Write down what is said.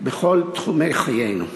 ישראל בכל תחומי חיינו.